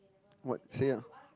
what say ah